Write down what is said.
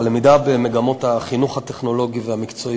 הלמידה במגמות החינוך הטכנולוגי והמקצועי